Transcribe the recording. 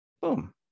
Boom